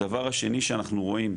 הדבר השני שאנחנו רואים,